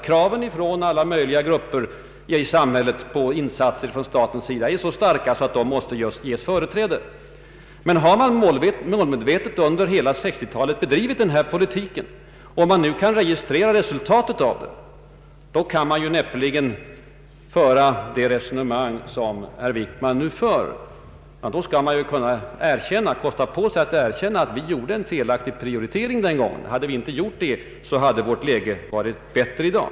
Kraven från alla möjliga grupper i samhället på insatser från statens sida är så starka att de måste ges företräde framför ökade investeringar på andra områden, har finansministern sagt. När man nu kan registrera resultatet av den politik man relativt målmedvetet bedrivit under hela 1960-talet kan man näppeligen föra det resonemang som herr Wickman här för. Då skall man kunna erkänna att man gjort en felaktig prioritering. Hade man inte gjort den felaktiga prioriteringen hade läget varit bättre i dag.